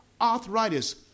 Arthritis